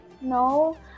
No